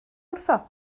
wrtho